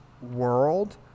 world